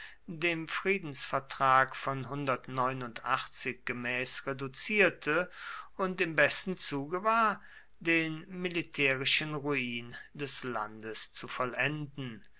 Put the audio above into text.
dem friedensvertrag von gemäß reduzierte und im besten zuge war den militärischen ruin des landes zu vollenden